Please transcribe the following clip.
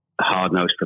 hard-nosed